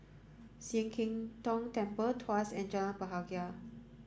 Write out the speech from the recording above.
Sian Keng Tong Temple Tuas and Jalan Bahagia